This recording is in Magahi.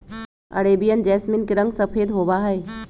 अरेबियन जैसमिन के रंग सफेद होबा हई